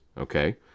okay